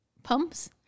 pumps